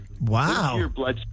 Wow